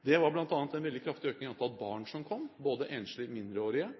Det var bl.a. en veldig kraftig økning i antall barn som kom, både enslige mindreårige